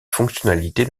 fonctionnalités